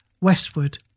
westward